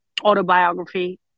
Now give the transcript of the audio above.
autobiography